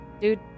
dude